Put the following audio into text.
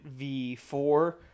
v4